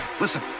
Listen